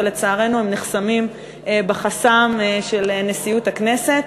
ולצערנו הם נחסמים בחסם של נשיאות הכנסת,